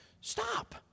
Stop